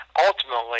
ultimately